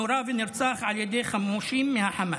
שנורה ונרצח על ידי חמושים מהחמאס.